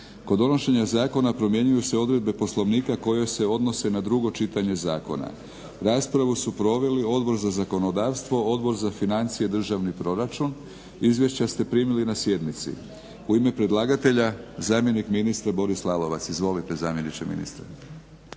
Kod donošenja zakona primjenjuju se odredbe Poslovnika koje se odnose na drugo čitanje zakona. Raspravu su proveli Odbor za zakonodavstvo, Odbor za financije i državni proračun. Izvješća ste primili na sjednici. U ime predlagatelja zamjenik ministra Boris Lalovac. Izvolite zamjeniče ministra.